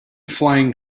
flying